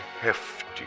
hefty